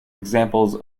examples